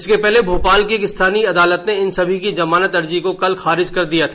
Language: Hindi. इसके पहले भोपाल की एक स्थानीय अदालत ने इन सभी की जमानत अर्जी को कल खारिज कर दिया था